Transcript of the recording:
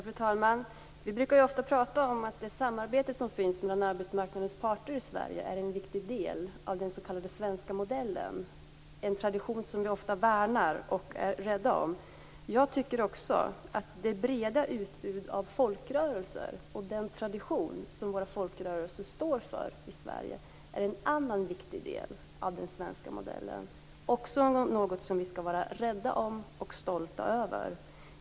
Fru talman! Vi brukar ju ofta prata om att det samarbete som finns mellan arbetsmarknadens parter i Sverige är en viktig del av den s.k. svenska modellen, en tradition som vi ofta värnar och är rädda om. Jag tycker också att det breda utbudet av folkrörelser, och den tradition som våra folkrörelser står för i Sverige, är en annan viktig del av den svenska modellen. Det är också något som vi skall vara rädda om och stolta över.